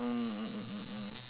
mm mm mm mm